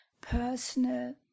personal